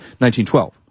1912